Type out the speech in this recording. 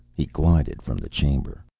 he glided from the chamber.